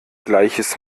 gleiches